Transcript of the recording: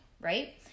right